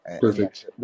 Perfect